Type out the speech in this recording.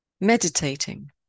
Meditating